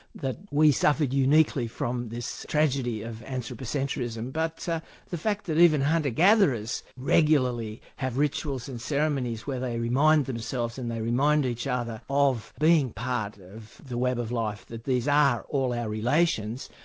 that we suffered uniquely from this tragedy of anthropocentrism, but the fact that even hunter-gatherers regularly have rituals and ceremonies where they remind themselves and they remind each other of being part of the web of life, that these are all our relations,